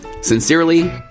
Sincerely